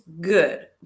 good